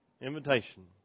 invitation